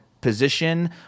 position